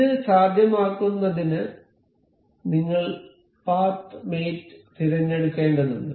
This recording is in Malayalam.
ഇത് സാധ്യമാക്കുന്നതിന് നിങ്ങൾ പാത്ത് മേറ്റ് തിരഞ്ഞെടുക്കേണ്ടതുണ്ട്